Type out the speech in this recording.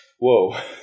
whoa